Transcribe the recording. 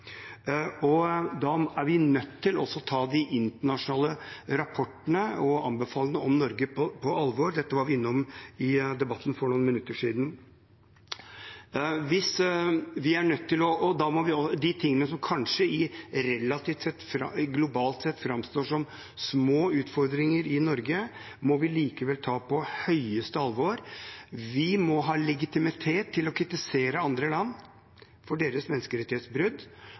Da er vi nødt til å ta de internasjonale rapportene og anbefalingene om Norge på alvor. Dette var vi innom i debatten for noen minutter siden. Det som i et globalt perspektiv framstår som små utfordringer i Norge, må vi likevel ta på høyeste alvor. Vi må ha legitimitet til å kritisere andre land for deres menneskerettighetsbrudd,